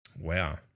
Wow